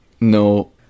No